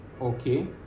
okay